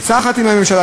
בעצה אחת עם הממשלה,